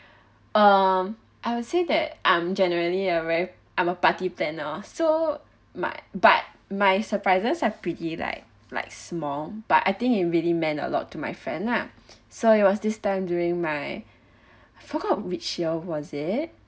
um I would say that I'm generally a very I'm a party planner so my but my surprises have pretty like like small but I think it really meant a lot to my friend lah so it was this time during my I forgot which year was it